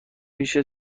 پیش